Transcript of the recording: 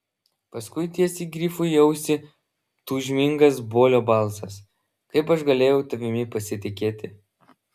paskui tiesiai grifui į ausį tūžmingas bolio balsas kaip aš galėjau tavimi pasitikėti